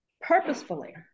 purposefully